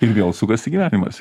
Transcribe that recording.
ir vėl sukasi gyvenimas